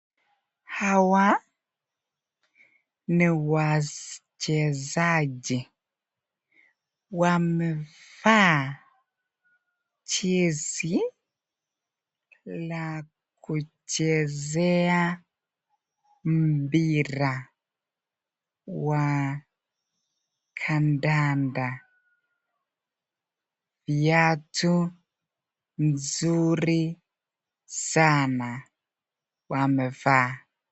Hawa ni wachezaji wamevaa jezi la kuchezea mpira wa kandanda, viatu mzuri sana wamevaa.